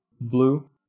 Blue